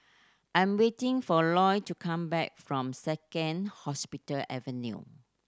I'm waiting for Loy to come back from Second Hospital Avenue